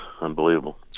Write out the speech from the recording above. unbelievable